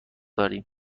داریم